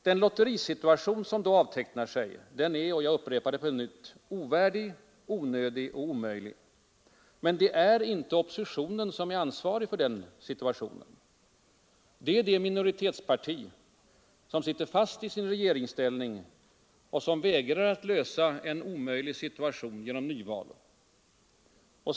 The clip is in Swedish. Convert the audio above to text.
Den lotterisituation som då avtecknar sig är — jag upprepar det — ”ovärdig, onödig och omöjlig”. Men det är inte oppositionen som är ansvarig för den situationen. Det är det minoritetsparti som sitter fast i sin regeringsställning och som vägrar att lösa en omöjlig situation genom nyval.